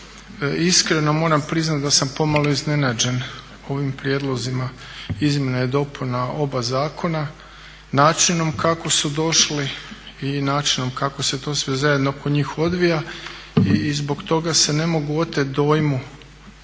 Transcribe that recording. Iskreno moram priznat da sam pomalo iznenađen ovim prijedlozima izmjena i dopuna oba zakona, načinom kako su došli i načinom kako se to sve zajedno kod njih odvija i zbog toga se ne mogu otet dojmu